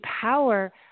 power